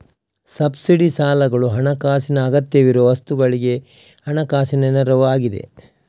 subsidy ಸಾಲಗಳು ಹಣಕಾಸಿನ ಅಗತ್ಯವಿರುವ ವಸ್ತುಗಳಿಗೆ ಹಣಕಾಸಿನ ನೆರವು ಆಗಿದೆ